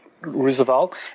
Roosevelt